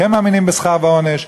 כן מאמינים בשכר ועונש.